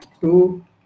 Two